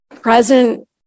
present